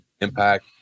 impact